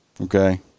Okay